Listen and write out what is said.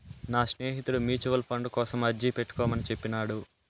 నా స్నేహితుడు mutual fund కోసం అర్జీ పెట్టుకోమని చెప్పినాడు